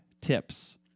tips